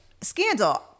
Scandal